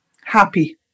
happy